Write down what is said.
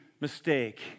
mistake